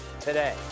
today